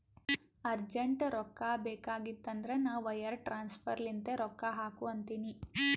urgent ರೊಕ್ಕಾ ಬೇಕಾಗಿತ್ತಂದ್ರ ನಾ ವೈರ್ ಟ್ರಾನ್ಸಫರ್ ಲಿಂತೆ ರೊಕ್ಕಾ ಹಾಕು ಅಂತಿನಿ